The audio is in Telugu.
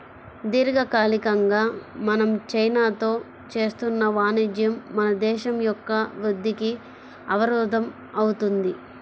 దీర్ఘకాలికంగా మనం చైనాతో చేస్తున్న వాణిజ్యం మన దేశం యొక్క వృద్ధికి అవరోధం అవుతుంది